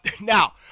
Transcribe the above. now